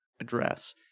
address